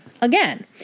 again